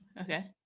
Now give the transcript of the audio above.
Okay